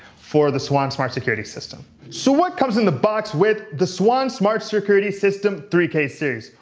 for the swann smart security system. so what comes in the box with the swann smart security system three k series?